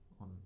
on